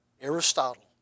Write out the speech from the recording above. Aristotle